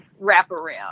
wraparound